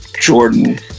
Jordan